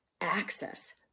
access